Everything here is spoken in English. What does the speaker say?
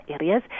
areas